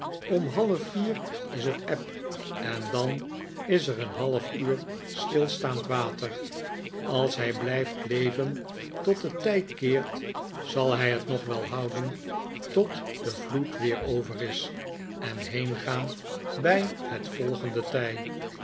om half vier is het eb en dan is er een half uur stilstaand water als hij blijft leven tot het tij keert zal hij het nog wel houden tot de vloed weer over is en heengaan met het volgende tij